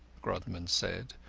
grodman said,